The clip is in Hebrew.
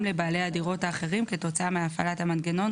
לבעלי הדירות האחרים כתוצאה מהפעלת המנגנון.